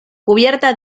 cubierta